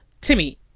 Timmy